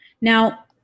Now